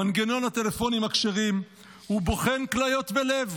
מנגנון הטלפונים הכשרים הוא בוחן כליות ולב.